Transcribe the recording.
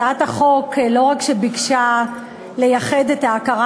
הצעת החוק לא רק ביקשה לייחד את ההכרה